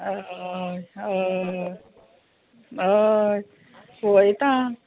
हय हय हय पयता